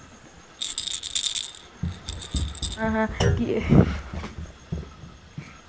आहां कि